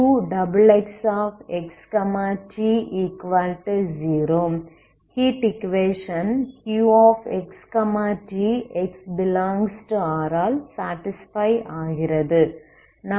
ஆகவே Qtxt 2Qxxxt0 heat equation Qxt x∈R all satisfy ஆகிறது